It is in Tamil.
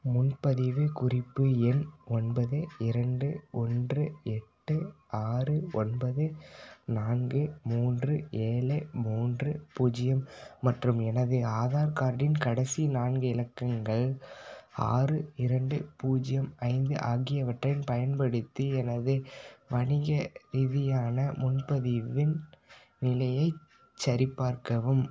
முன்பதிவுக் குறிப்பு எண் ஒன்பது இரண்டு ஒன்று எட்டு ஆறு ஒன்பது நான்கு மூன்று ஏழு மூன்று பூஜ்ஜியம் மற்றும் எனது ஆதார் கார்டின் கடைசி நான்கு இலக்கங்கள் ஆறு இரண்டு பூஜ்ஜியம் ஐந்து ஆகியவற்றைப் பயன்படுத்தி எனது வணிக ரீதியான முன்பதிவின் நிலையைச் சரிபார்க்கவும்